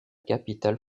capitale